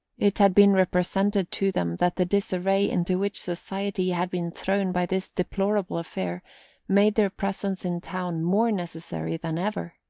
it had been represented to them that the disarray into which society had been thrown by this deplorable affair made their presence in town more necessary than ever.